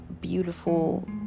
beautiful